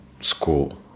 school